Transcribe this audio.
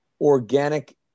organic